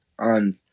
on